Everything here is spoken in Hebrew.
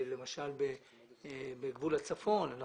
היום זה יום כן, יום לא.